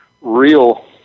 real